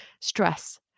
stress